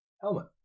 Helmet